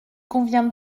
convient